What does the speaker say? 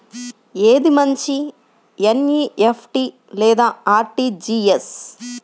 ఏది మంచి ఎన్.ఈ.ఎఫ్.టీ లేదా అర్.టీ.జీ.ఎస్?